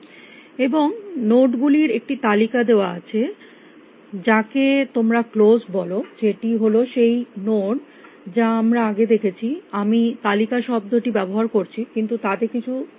এবং নোড গুলির একটি তালিকা দেওয়া আছে যাকে তোমরা ক্লোস্ড বল যেটি হল সেই নোড যা আমরা আগে দেখেছি আমি তালিকা শব্দটি ব্যবহার করছি কিন্তু তাতে কিছু যায় আসে না